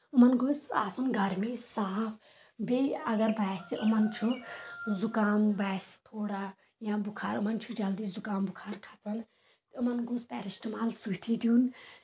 یِمن گوژھ آسُن گرمی صاف بیٚیہِ اَگر باسہِ یِمن چھُ زُکام باسہِ تھوڑا یا بخار ِمن چھُ جلدی زُکام بخار کھژان یِمن گوژھ پیرسیٹامول سۭتی دیُن